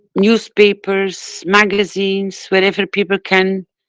newspapers, magazines wherever people can